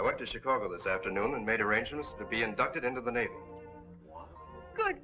i went to chicago this afternoon and made arrangements to be inducted into the navy